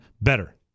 better